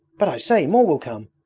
but i say, more will come!